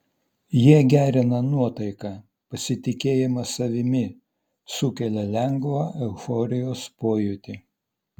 jie gerina nuotaiką pasitikėjimą savimi sukelia lengvą euforijos pojūtį